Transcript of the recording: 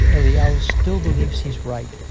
eliyahu still believes he's right,